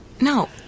No